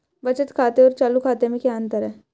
बचत खाते और चालू खाते में क्या अंतर है?